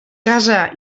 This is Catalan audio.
casa